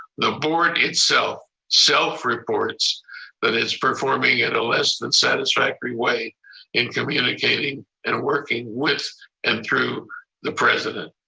the board itself, self reports that it's performing in a less than satisfactory way in communicating and working with and through the president.